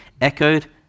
echoed